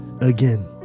again